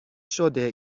شده